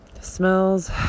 smells